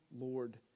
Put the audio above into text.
Lord